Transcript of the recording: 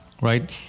Right